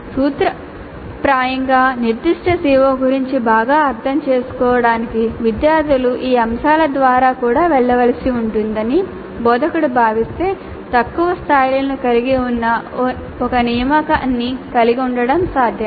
సూత్రప్రాయంగా నిర్దిష్ట CO గురించి బాగా అర్థం చేసుకోవడానికి విద్యార్థులు ఈ అంశాల ద్వారా కూడా వెళ్ళవలసి ఉంటుందని బోధకుడు భావిస్తే తక్కువ స్థాయిలను కలిగి ఉన్న ఒక నియామకాన్ని కలిగి ఉండటం సాధ్యమే